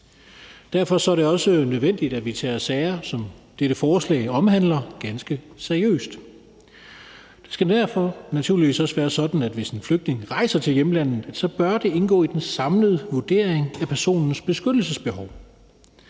Derfor er det også nødvendigt, at vi tager sager, som dette forslag omhandler, ganske seriøst. Det skal derfor naturligvis også være sådan, at hvis en flygtning rejser til hjemlandet, bør det indgå i den samlede vurdering af personens beskyttelsesbehov.